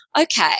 okay